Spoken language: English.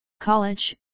College